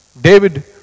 David